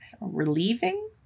relieving